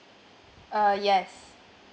uh yes